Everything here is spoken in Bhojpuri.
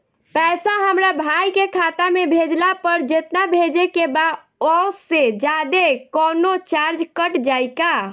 पैसा हमरा भाई के खाता मे भेजला पर जेतना भेजे के बा औसे जादे कौनोचार्ज कट जाई का?